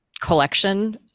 collection